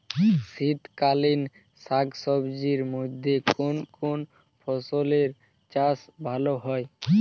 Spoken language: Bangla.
শীতকালীন শাকসবজির মধ্যে কোন কোন ফসলের চাষ ভালো হয়?